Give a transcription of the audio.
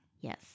yes